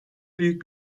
büyük